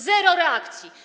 Zero reakcji.